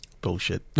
bullshit